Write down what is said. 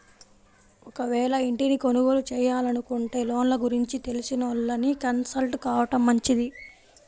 ఒకవేళ ఇంటిని కొనుగోలు చేయాలనుకుంటే లోన్ల గురించి తెలిసినోళ్ళని కన్సల్ట్ కావడం మంచిది